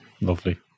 Lovely